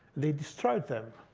they destroyed them,